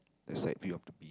the side view of the be~